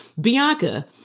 Bianca